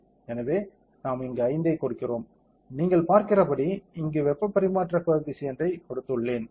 எனவே நாம் இங்கு 5 ஐக் கொடுக்கிறோம் நீங்கள் பார்க்கிறபடி இங்கு வெப்பப் பரிமாற்றக் கோயெபிசியன்ட்டை கொடுத்துள்ளேன்